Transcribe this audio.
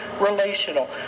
relational